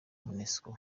monusco